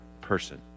person